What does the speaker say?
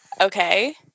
okay